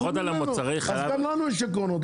לפחות על מוצרי החלב --- אז גם לנו יש עקרונות,